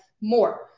more